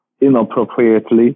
inappropriately